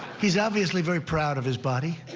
he's obviously very proud of his body.